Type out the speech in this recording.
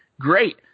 great